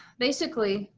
basically,